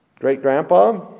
great-grandpa